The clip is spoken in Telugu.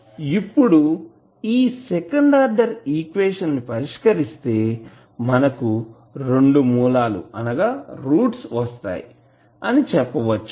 ఇప్పుడు ఈ సెకండ్ ఆర్డర్ ఈక్వేషన్ ని పరిష్కరిస్తే మనకు 2 మూలాలు రూట్స్ roots వస్తాయి అని చెప్పవచ్చు